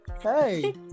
hey